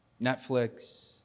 Netflix